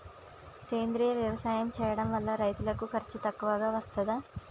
సేంద్రీయ వ్యవసాయం చేయడం వల్ల రైతులకు ఖర్చు తక్కువగా వస్తదా?